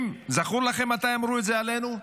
זכור לכם מתי אמרו את זה עלינו?